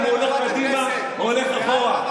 אם הוא הולך קדימה או הולך אחורה.